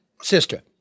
sister